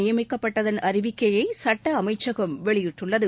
நியமிக்கப்பட்டதன் அறிவிக்கையை சட்ட அமைச்சகம் வெளியிட்டுள்ளது